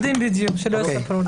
יודעים בדיוק מה זה, שלא יספרו לנו.